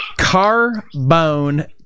Carbone